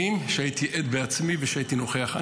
שהייתי להם עד בעצמי ושהייתי נוכח בהם.